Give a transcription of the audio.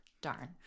Darn